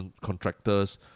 contractors